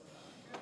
אני